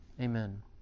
Amen